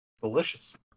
delicious